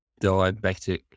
diabetic